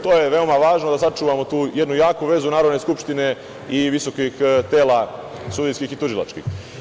To je veoma važno da sačuvamo tu jednu jaku vezu između Narodne skupštine i visokih tela sudijskih i tužilačkih.